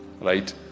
right